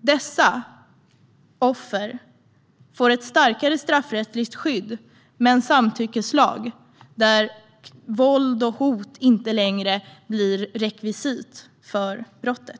Dessa offer får ett starkare straffrättsligt skydd med en samtyckeslag där våld och hot inte längre blir rekvisit för brottet.